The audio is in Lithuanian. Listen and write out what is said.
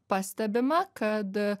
pastebima kad